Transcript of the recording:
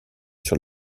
sur